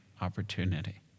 opportunity